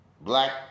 black